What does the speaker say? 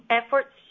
efforts